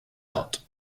out